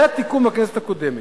זה התיקון מהכנסת הקודמת.